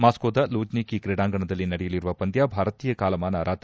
ಮಾಸ್ಕೋದ Luzhniki ಕ್ರೀಡಾಂಗಣದಲ್ಲಿ ನಡೆಯಲಿರುವ ಪಂದ್ಯ ಭಾರತೀಯ ಕಾಲಮಾನ ರಾತ್ರಿ